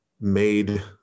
made